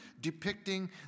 depicting